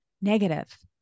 negative